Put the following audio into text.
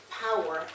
power